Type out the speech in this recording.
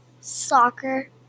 Soccer